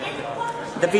(קוראת בשמות חברי הכנסת) דוד